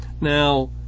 Now